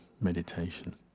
meditation